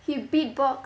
he beat box